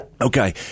Okay